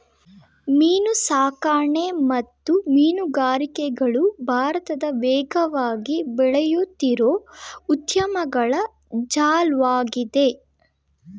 ಮೀನುಸಾಕಣೆ ಮತ್ತು ಮೀನುಗಾರಿಕೆಗಳು ಭಾರತದ ವೇಗವಾಗಿ ಬೆಳೆಯುತ್ತಿರೋ ಉದ್ಯಮಗಳ ಜಾಲ್ವಾಗಿದೆ